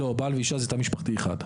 לא, בעל ואישה זה תא משפחתי אחד.